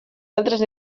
altres